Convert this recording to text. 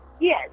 Yes